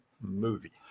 movie